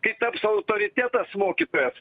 kai taps autoritetas mokytojas